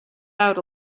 out